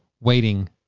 waiting